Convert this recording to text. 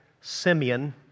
Simeon